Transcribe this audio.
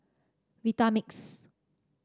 Vitamix